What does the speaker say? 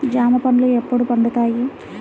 జామ పండ్లు ఎప్పుడు పండుతాయి?